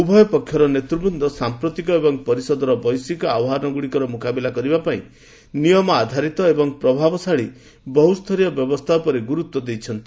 ଉଭୟ ପକ୍ଷର ନେତୃବ୍ଦନ ସାମ୍ପ୍ରତିକ ଏବଂ ପରିଷଦର ବୈଶ୍ୱିକ ଆହ୍ୱାନଗୁଡିକର ମୁକାବିଲା କରିବା ପାଇଁ ନିୟମ ଆଧାରିତ ଏବଂ ପ୍ରଭାବଶାଳୀ ବହୁସ୍ତରୀୟ ବ୍ୟବସ୍ଥା ଉପରେ ଗୁରୁତ୍ୱ ଦେଇଛନ୍ତି